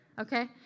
okay